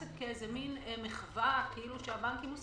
נתפסת כמן מחווה שהבנקים עושים.